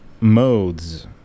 modes